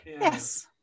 yes